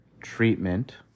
treatment